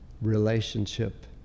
relationship